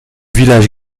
village